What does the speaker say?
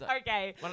Okay